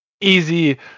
easy